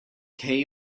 hay